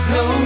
no